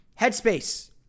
Headspace